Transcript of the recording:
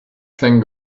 thing